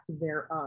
thereof